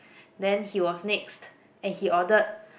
then he was next and he ordered